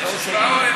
יש הצבעה?